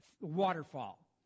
waterfall